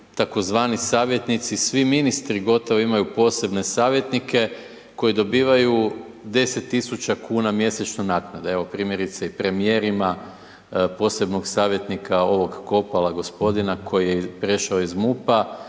tzv. savjetnici, svi ministri gotovo imaju posebne savjetnike koji dobivaju 10 tisuća kuna mjesečno naknade. Evo primjerice i premijer ima posebnog savjetnika ovog Kopala gospodina koji je prešao iz MUP-a,